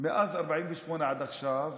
מאז 48' עד עכשיו